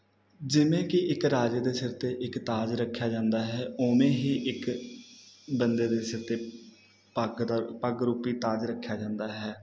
ਜਿਵੇਂ ਕਿ ਇੱਕ ਰਾਜੇ ਦੇ ਸਿਰ 'ਤੇ ਇੱਕ ਤਾਜ ਰੱਖਿਆ ਜਾਂਦਾ ਹੈ ਉਵੇਂ ਹੀ ਇੱਕ ਬੰਦੇ ਦੇ ਸਿਰ 'ਤੇ ਪੱਗ ਦਾ ਪੱਗ ਰੂਪੀ ਤਾਜ ਰੱਖਿਆ ਜਾਂਦਾ ਹੈ